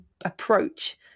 approach